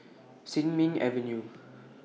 Sin Ming Avenue